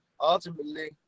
ultimately